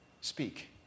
speak